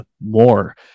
more